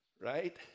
Right